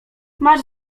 masz